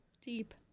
Deep